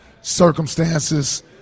circumstances